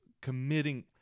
committing